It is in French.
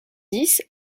dix